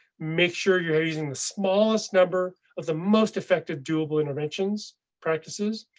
make sure you're using the smallest number of the most effective, doable interventions practices.